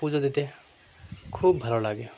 পুজো দিতে খুব ভালো লাগে